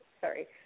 sorry